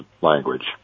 language